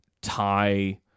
tie